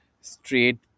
straight